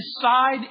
decide